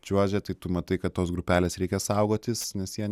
čiuožia tai tu matai kad tos grupelės reikia saugotis nes jie